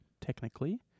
technically